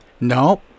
No